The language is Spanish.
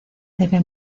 debe